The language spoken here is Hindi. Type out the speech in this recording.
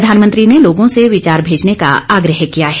प्रधानमंत्री ने लोगों से विचार भेजने का आग्रह किया है